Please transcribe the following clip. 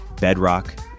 Bedrock